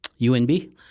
UNB